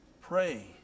Pray